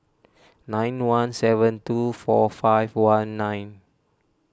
nine one seven two four five one nine